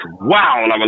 Wow